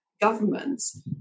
governments